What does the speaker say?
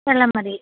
വെള്ളം മതി